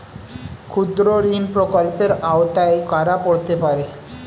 ক্ষুদ্রঋণ প্রকল্পের আওতায় কারা পড়তে পারে?